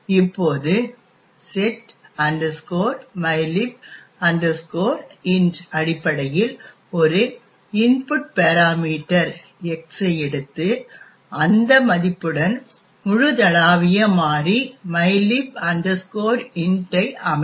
இப்போது set mylib int அடிப்படையில் ஒரு இன்புட் பாராமீட்டர் X ஐ எடுத்து அந்த மதிப்புடன் முழுதளாவிய மாறி mylib int ஐ அமைக்கும்